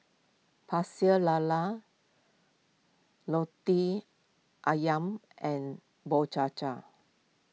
Pecel Lala Roti Ayam and Bubur Cha Cha